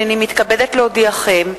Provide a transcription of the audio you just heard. הנני מתכבדת להודיעכם,